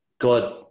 God